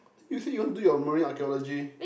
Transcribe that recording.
you say you want to do your marine archaeology